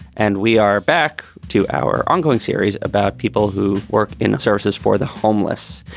and we are back to our ongoing series about people who work in services for the homeless.